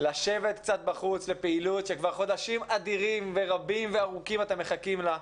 לשבת קצת בחוץ לפעילות שכבר חודשים אדירים ורבים וארוכים אתם מחכים לה.